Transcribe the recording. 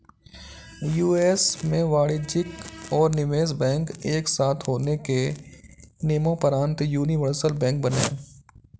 US में वाणिज्यिक और निवेश बैंक एक साथ होने के नियम़ोंपरान्त यूनिवर्सल बैंक बने